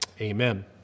amen